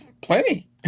plenty